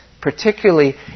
Particularly